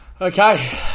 Okay